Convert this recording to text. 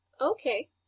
Okay